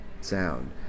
sound